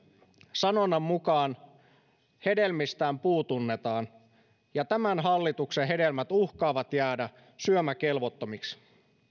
sanonnan mukaan hedelmistään puu tunnetaan ja tämän hallituksen hedelmät uhkaavat jäädä syömäkelvottomiksi